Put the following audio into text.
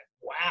wow